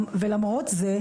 ולמרות זה,